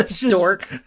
Dork